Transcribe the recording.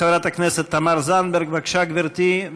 חברת הכנסת תמר זנדברג, בבקשה, גברתי.